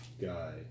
guy